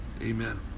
Amen